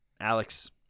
Alex